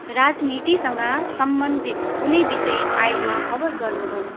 राजनीतिसँग सम्बन्धित कुनै विषय आएमा खबर गर्नुहोस्